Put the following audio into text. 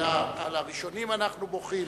על הראשונים אנחנו בוכים.